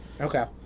Okay